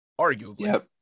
arguably